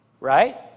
right